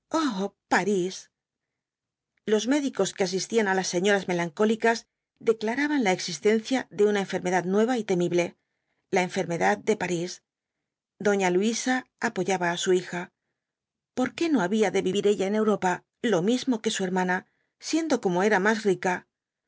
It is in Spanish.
parís los médicos que asistían á las señoras melancólicas declaraban la existencia de una enfermedad nueva y temible la enfermedad de parís doña luisa apoyaba á su hija por qué no había de vivir ella en europa lo mismo que su hermana siendo como era más rica